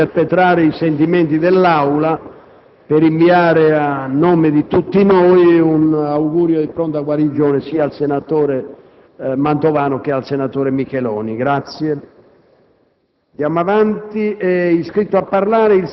finestra"). Sono certo di interpretare i sentimenti dell'Assemblea nell'inviare, a nome di tutti noi, un augurio di pronta guarigione sia al senatore Mantovano sia al senatore Micheloni.